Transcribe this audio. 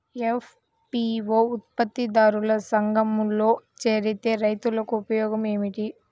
FPO ఉత్పత్తి దారుల సంఘములో చేరితే రైతులకు ఉపయోగము ఏమిటి?